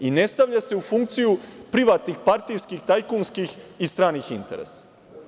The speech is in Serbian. I ne stavlja se u funkciju privatnih partijskih, tajkunskih i stranih interesa.